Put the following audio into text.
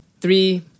three